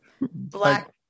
black